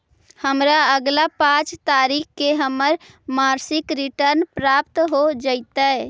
हमरा अगला पाँच तारीख के हमर मासिक रिटर्न प्राप्त हो जातइ